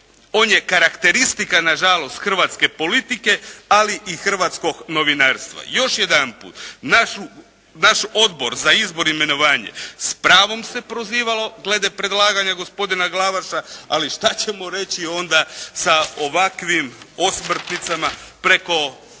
on je karakteristika na žalost hrvatske politike ali i hrvatskog novinarstva. Još jedan put naš Odbor za izbor i imenovanje s pravom se prozivalo glede predlaganja gospodina Glavaša, ali šta ćemo reći onda sa ovakvim osmrtnicama preko